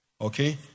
okay